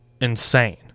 insane